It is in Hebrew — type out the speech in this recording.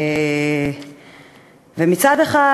מצד אחד,